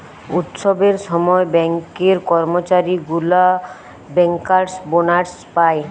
উৎসবের সময় ব্যাঙ্কের কর্মচারী গুলা বেঙ্কার্স বোনাস পায়